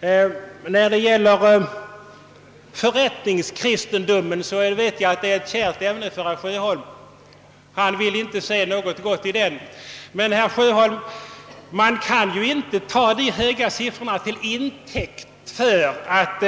Frågan om den s.k. förrättningskristendomen är ett kärt ämne för herr Sjöholm. Han vill inte se något gott i den. Men man kan sannerligen inte ta de höga siffrorna för kyrklig vigsel till intäkt för att